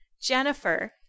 Jennifer